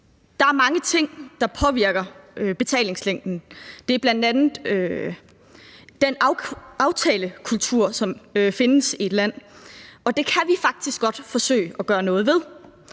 Der er mange ting, der påvirker betalingslængden. Det er bl.a. den aftalekultur, som findes i et land, og det kan vi faktisk godt forsøge at gøre noget ved,